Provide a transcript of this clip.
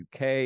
UK